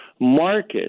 market